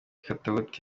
katauti